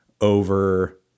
over